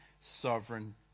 sovereign